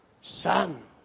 Son